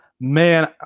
man